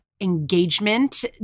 Engagement